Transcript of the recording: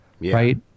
Right